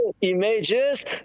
images